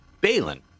Balin